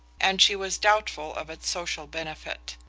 and she was doubtful of its social benefit.